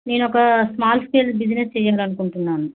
నేనొక small scale business చేయాలనుకుంటున్నాను